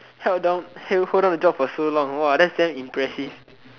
held down held hold down a job for so long !wah! that's damn impressive